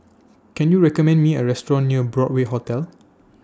Can YOU recommend Me A Restaurant near Broadway Hotel